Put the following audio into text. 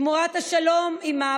תמורת השלום עימה,